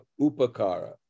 Upakara